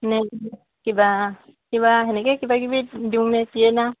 নে কিবা কিবা তেনেকৈ কিবা কিবি দিওঁ নে কিয়ে না